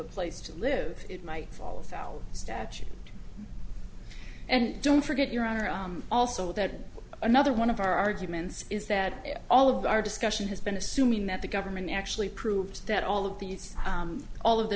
a place to live it might fall afoul of statute and don't forget your honor also that another one of our arguments is that all of our discussion has been assuming that the government actually proves that all of these all of the